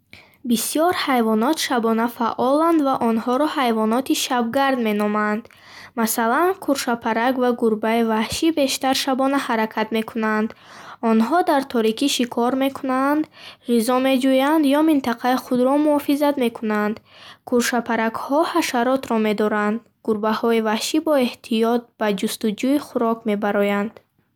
Бисёр ҳайвонот шабона фаъоланд ва онҳоро ҳайвоноти шабгард меноманд. Масалан, ухобаланд, кӯршабпарак ва гурбаи ваҳшӣ бештар шабона ҳаракат мекунанд. Онҳо дар торикӣ шикор мекунанд, ғизо меҷӯянд ё минтақаи худро муҳофизат мекунанд. Кӯшабпаракҳо ҳашаротро медоранд, ухобаланд бо чашмони тезаш шикори хурд мекунад, ва гурбаҳои ваҳшӣ бо эҳтиёт ба ҷустуҷӯи хӯрок мебароянд. Ин тарзи зиндагӣ ба онҳо кӯмак мекунад, ки аз душманон пинҳон шаванд ва рақобати камтар дошта бошанд.